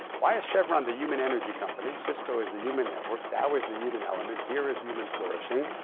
why is chevron the human energy company? cisco is the human network, dow is the human element. deere is human flourishing.